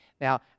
Now